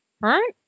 Right